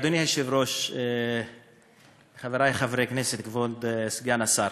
אדוני היושב-ראש, חברי חברי הכנסת, כבוד סגן השר.